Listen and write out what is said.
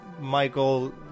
Michael